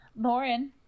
Lauren